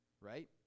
right